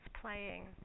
playing